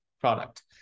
product